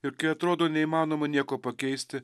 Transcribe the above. ir kai atrodo neįmanoma nieko pakeisti